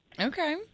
okay